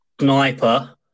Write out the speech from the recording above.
Sniper